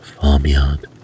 farmyard